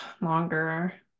longer